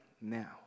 now